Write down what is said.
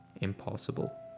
impossible